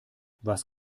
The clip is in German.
was